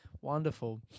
Wonderful